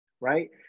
right